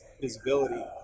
visibility